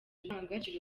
indangagaciro